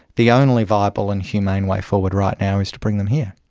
the only viable and humane way forward right now is to bring them here.